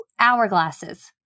Hourglasses